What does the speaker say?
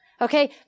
Okay